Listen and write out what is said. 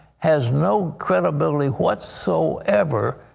has no credibility whatsoever,